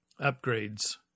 upgrades